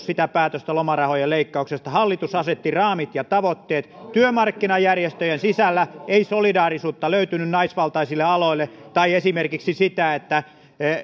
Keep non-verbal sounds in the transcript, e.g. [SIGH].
[UNINTELLIGIBLE] sitä päätöstä lomarahojen leikkauksesta ei tehnyt hallitus hallitus asetti raamit ja tavoitteet työmarkkinajärjestöjen sisällä ei solidaarisuutta löytynyt naisvaltaisille aloille tai esimerkiksi sitä että